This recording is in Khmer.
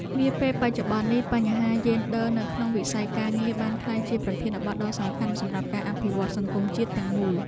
នាពេលបច្ចុប្បន្ននេះ បញ្ហាយេនឌ័រនៅក្នុងវិស័យការងារបានក្លាយជាប្រធានបទដ៏សំខាន់សម្រាប់ការអភិវឌ្ឍសង្គមជាតិទាំងមូល។